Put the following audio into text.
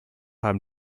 haben